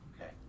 Okay